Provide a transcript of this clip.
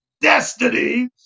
Destiny